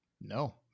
No